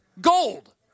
Gold